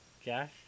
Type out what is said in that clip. Josh